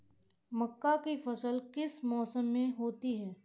मक्का की फसल किस मौसम में होती है?